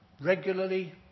regularly